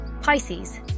Pisces